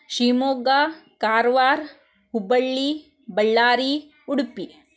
Shivamogga Karwar Hubballi Ballari Udupi